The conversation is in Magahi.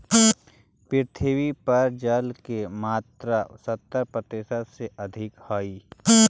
पृथ्वी पर जल के मात्रा सत्तर प्रतिशत से अधिक हई